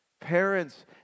Parents